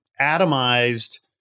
atomized